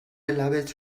لبت